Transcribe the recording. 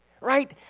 right